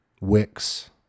Wix